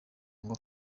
ngo